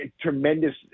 tremendous